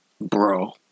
Bro